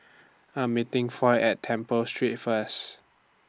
I'm meeting Foy At Temple Street First